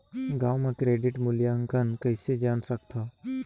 गांव म क्रेडिट मूल्यांकन कइसे जान सकथव?